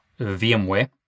VMware